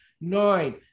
Nine